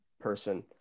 person